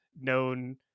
known